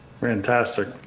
Fantastic